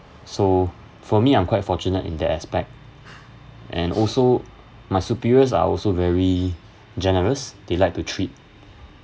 so for me I'm quite fortunate in that aspect and also my superiors are also very generous they like to treat